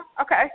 Okay